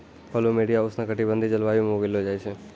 plumeria उष्ण कटिबंधीय जलवायु म उगैलो जाय छै